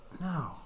no